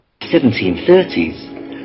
1730s